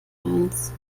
eins